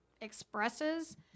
expresses